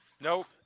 Nope